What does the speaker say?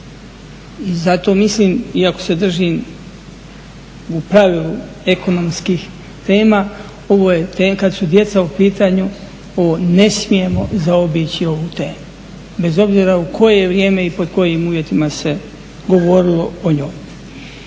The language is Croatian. I zato mislim, iako se držim u pravilu ekonomskih tema, kad su djeca u pitanju ne smijemo zaobići ovu temu, bez obzira u koje vrijeme i pod kojim uvjetima se govorilo o njoj.